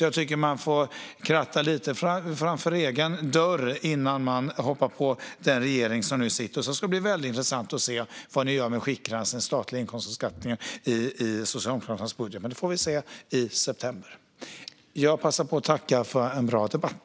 Jag tycker att man får kratta lite framför egen dörr innan man hoppar på den regering som nu sitter. Det ska bli väldigt intressant att se vad Socialdemokraterna i sin budget gör med skiktgränsen i fråga om den statliga inkomstbeskattningen. Det får vi se i september. Jag passar på att tacka för en bra debatt.